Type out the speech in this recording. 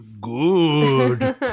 good